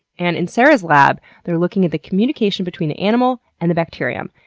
and in sarah's lab, they're looking at the communication between the animal and the bacterium,